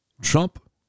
Trump